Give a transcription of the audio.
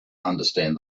understand